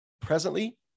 presently